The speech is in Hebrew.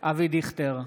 אבי דיכטר,